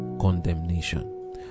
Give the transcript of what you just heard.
condemnation